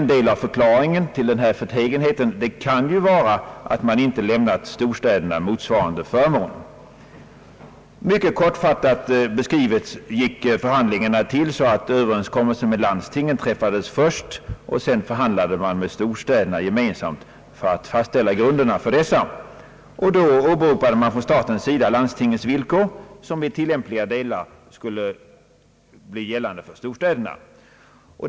En del av förklaringen till denna förtegenhet kan vara att man inte lämnat storstäderna motsvarande förmån. Mycket kortfattat beskrivet gick förhandlingarna till så, att överenskommelsen med landstingen träffades först, och sedan förhandlade man med storstäderna gemensamt för att fastställa grunderna för dessa. Från statens sida åberopades då landstingens villkor, som i tillämpliga delar även blev gällande för storstäderna.